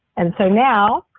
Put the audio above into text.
and so now,